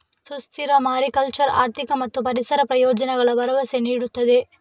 ಸುಸ್ಥಿರ ಮಾರಿಕಲ್ಚರ್ ಆರ್ಥಿಕ ಮತ್ತು ಪರಿಸರ ಪ್ರಯೋಜನಗಳ ಭರವಸೆ ನೀಡುತ್ತದೆ